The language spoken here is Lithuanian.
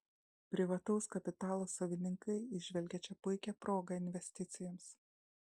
privataus kapitalo savininkai įžvelgia čia puikią progą investicijoms